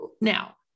Now